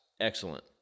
excellent